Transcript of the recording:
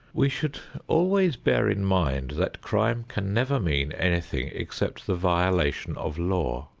we should always bear in mind that crime can never mean anything except the violation of law,